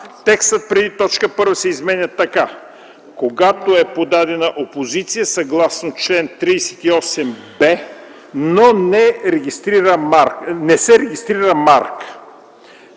текстът преди т. 1 се изменя така: „Когато е подадена опозиция съгласно чл. 38б, не се регистрира марка:”;